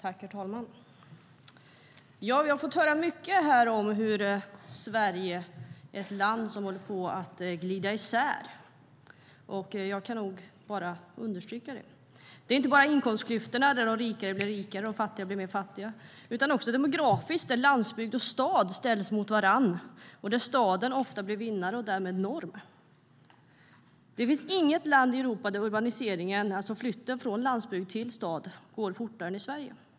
Herr talman! Vi har fått höra mycket om att Sverige är ett land som håller på att glida isär. Jag kan bara understryka detta. Det är inte bara fråga om inkomstklyftorna där de rika blir rikare och de fattiga blir fattigare, utan det är också fråga om demografi där landsbygd och stad ställs mot varandra och där staden ofta blir vinnare och därmed norm. Det finns inget land i Europa där urbaniseringen, alltså flytten från landsbygd till stad, går fortare än i Sverige.